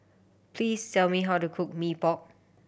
please tell me how to cook Mee Pok